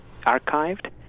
archived